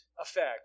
effect